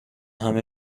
همه